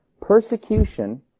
Persecution